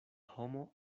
homo